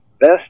best